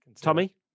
Tommy